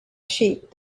sheep